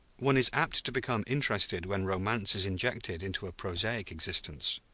one is apt to become interested when romance is injected into a prosaic existence.